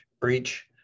breach